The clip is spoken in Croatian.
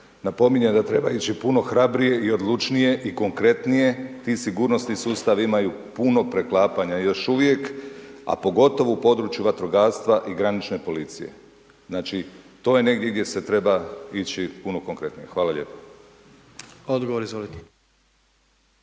Napominjem da treba ići puno hrabrije i odlučnije i konkretnije, ti sigurnosni sustavi imaju puno preklapanja još uvijek, a pogotovo u području vatrogastva i granične policije. Znači, to je negdje gdje se treba ići puno konkretnije. Hvala lijepo. **Jandroković,